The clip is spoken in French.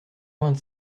vingt